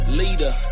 leader